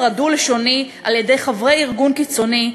הדו-לשוני על-ידי חברי ארגון קיצוני,